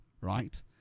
right